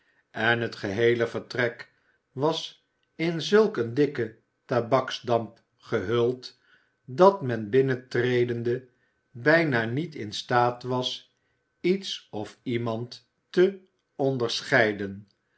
en het geheele vertrek was in zulk een dikken tabaksdamp gehuld dat men binnentredende bijna niet in staat was iets of iemand te onderscheiden